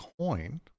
coin